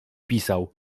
pisał